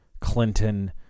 Clinton